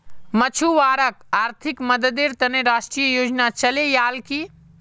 मछुवारॉक आर्थिक मददेर त न राष्ट्रीय योजना चलैयाल की